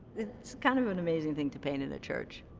it's kind of an amazing thing to paint in a church.